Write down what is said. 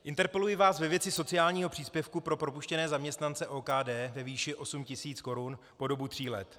Interpeluji vás ve věci sociálního příspěvku pro propuštěné zaměstnance OKD ve výši osm tisíc korun po dobu tří let.